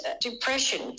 depression